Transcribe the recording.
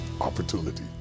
opportunity